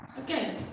okay